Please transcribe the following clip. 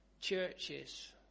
churches